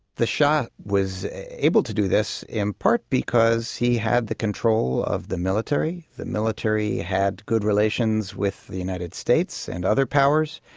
the shah was able to do this in part because he had the control of the military, the military had good relations with the united states and other powers,